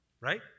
right